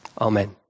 Amen